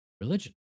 religion